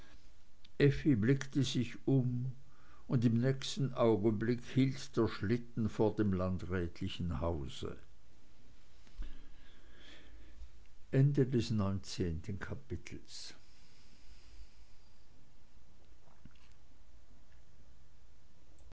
blickte sich um und im nächsten augenblick hielt der schlitten vor dem landrätlichen hause